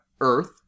Earth